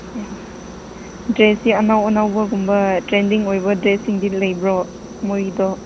ꯗ꯭ꯔꯦꯁꯁꯤ ꯑꯅꯧ ꯑꯅꯧꯕꯒꯨꯝꯕ ꯇ꯭ꯔꯦꯟꯗꯤꯡ ꯑꯣꯏꯕ ꯗ꯭ꯔꯦꯁꯁꯤꯡꯗꯤ ꯂꯩꯕ꯭ꯔꯣ ꯃꯈꯣꯏꯒꯤꯗꯣ